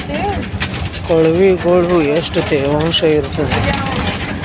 ಕೊಳವಿಗೊಳ ಎಷ್ಟು ತೇವಾಂಶ ಇರ್ತಾದ?